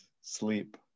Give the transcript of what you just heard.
sleep